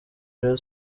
rayon